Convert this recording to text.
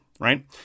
Right